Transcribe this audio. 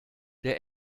der